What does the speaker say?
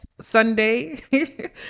Sunday